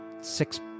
six